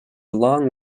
long